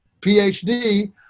PhD